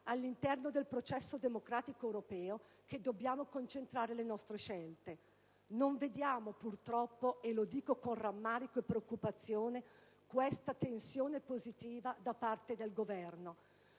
all'interno del processo democratico europeo che dobbiamo concentrare le nostre scelte. Non vediamo purtroppo - e lo dico con rammarico e preoccupazione - questa tensione positiva da parte del Governo.